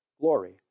glory